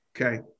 Okay